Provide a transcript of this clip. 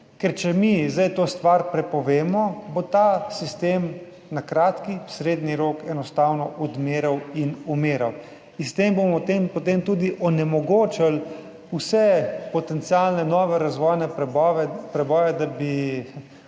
ker če mi zdaj to stvar prepovemo, bo ta sistem na kratki, srednji rok enostavno odmiral in umiral. S tem bomo potem tudi onemogočili vse potencialne nove razvojne preboje, da bi